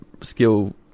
skill